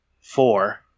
four